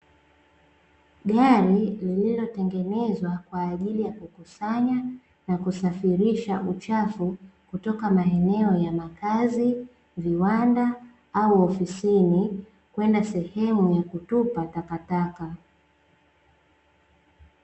Gari lililotengenezwa kwa ajili ya kukusanya na kusafirisha uchafu kutoka maeneo ya makazi, viwanda au ofisini kwenda sehemu ya kutupa takataka.